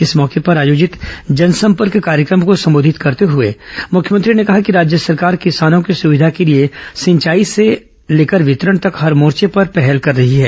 इस मौके पर आयोजित जनसंपर्क कार्यक्रम को संबोधित करते हुए मुख्यमंत्री ने कहा कि राज्य सरकार किसानों की सुविधा के लिए सिंचाई से लेकर वितरण तक हर मोर्च पर पहल कर रही है